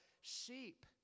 sheep